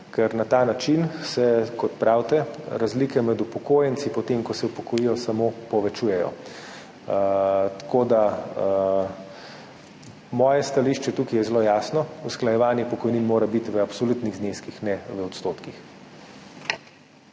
se na ta način, kot pravite, razlike med upokojenci potem, ko se upokojijo, samo povečujejo. Tako da, moje stališče tukaj je zelo jasno. Usklajevanje pokojnin mora biti v absolutnih zneskih, ne v odstotkih.